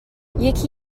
یکی